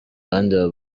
abandi